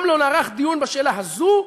מעולם לא נערך דיון בשאלה הזאת,